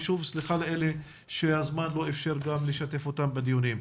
וסליחה מאלה שהזמן לא איפשר לשתף אותם בדיונים.